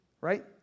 right